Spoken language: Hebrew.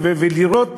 ולראות